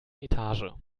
etage